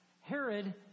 Herod